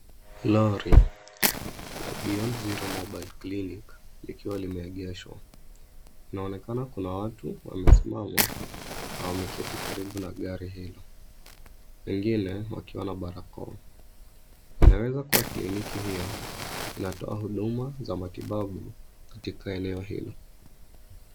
Lori la Beyond Zero Mobile Clinic likiwa limeegeshwa. Inaonekana kuna watu wamesimama na wameketi karibu na gari hilo, wengine wakiwa na barakoa. Inaweza kuwa kliniki hiyo inatoa huduma za matibabu katika eneo hilo.